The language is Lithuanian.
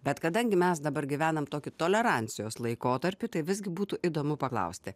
bet kadangi mes dabar gyvenam tokį tolerancijos laikotarpį tai visgi būtų įdomu paklausti